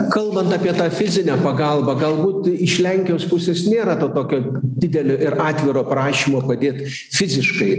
kalbant apie tą fizinę pagalbą galbūt iš lenkijos pusės nėra to tokio didelio ir atviro prašymo padėt fiziškai